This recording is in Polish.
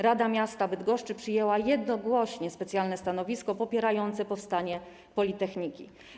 Rada Miasta Bydgoszczy przyjęła jednogłośnie specjalne stanowisko popierające powstanie politechniki.